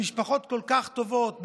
במשפחות כל כך טובות,